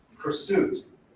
Pursuit